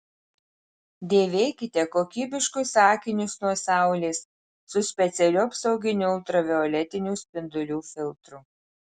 dėvėkite kokybiškus akinius nuo saulės su specialiu apsauginiu ultravioletinių spindulių filtru